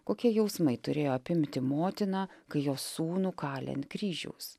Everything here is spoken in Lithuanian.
kokie jausmai turėjo apimti motiną kai jos sūnų kalė ant kryžiaus